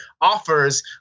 offers